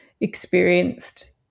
experienced